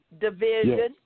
division